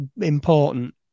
important